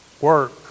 Work